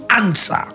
answer